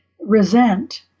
resent